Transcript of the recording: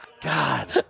God